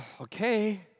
okay